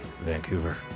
Vancouver